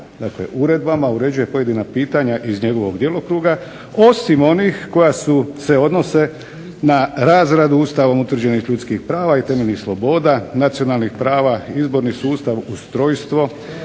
Dakle, uredbama uređuje pojedina pitanja iz njegovog djelokruga, osim onih koja se odnose na razradu ustavom utvrđenih ljudskih prava i temeljnih sloboda, nacionalnih prava, izborni sustav, ustrojstvo